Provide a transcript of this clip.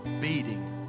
beating